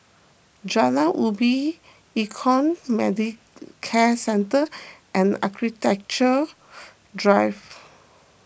Jalan Ubin Econ Medicare Centre and Architecture Drive